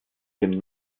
dem